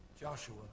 joshua